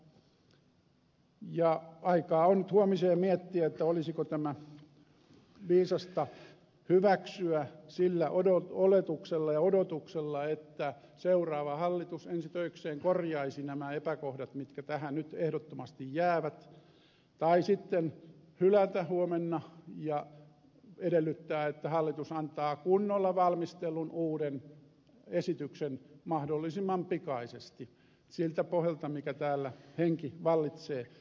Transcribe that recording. aikaa on nyt huomiseen miettiä olisiko tämä viisasta hyväksyä sillä oletuksella ja odotuksella että seuraava hallitus ensi töikseen korjaisi nämä epäkohdat mitkä tähän nyt ehdottomasti jäävät tai sitten hylätä huomenna ja edellyttää että hallitus antaa kunnolla valmistellun uuden esityksen mahdollisimman pikaisesti siltä pohjalta mikä täällä henki vallitsee